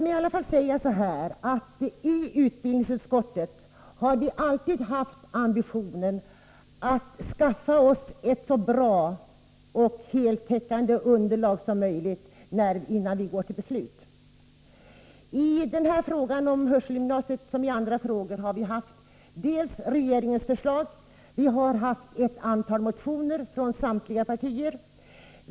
I utbildningsutskottet har vi alltid haft ambitionen att skaffa oss ett så bra och heltäckande underlag som möjligt, innan vi går till beslut. I denna fråga om ett gymnasium för hörselskadade, såväl som i många andra frågor, har vi haft att behandla dels ett regeringsförslag, dels ett antal motioner från samtliga partier.